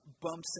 bumps